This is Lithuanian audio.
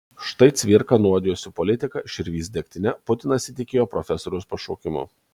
štai cvirka nuodijosi politika širvys degtine putinas įtikėjo profesoriaus pašaukimu